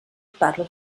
parlo